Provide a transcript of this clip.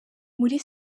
muri